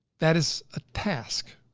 that is a task.